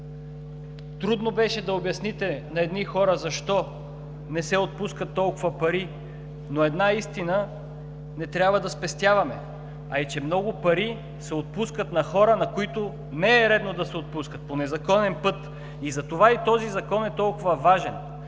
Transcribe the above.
Трудно беше да обясните на едни хора защо не се отпускат толкова пари, но една истина не трябва да спестяваме: по незаконен път се отпускат много пари на хора, на които не е редно да се отпускат. И затова този Закон е толкова важен,